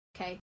okay